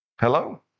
Hello